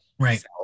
Right